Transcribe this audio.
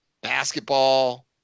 basketball